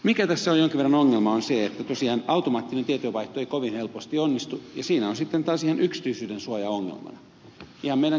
mikä tässä on jonkin verran ongelma on se että tosiaan automaattinen tietojenvaihto ei kovin helposti onnistu ja siinä on sitten taas ihan yksityisyydensuoja ongelmana